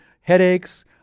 headaches